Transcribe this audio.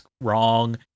wrong